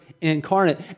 incarnate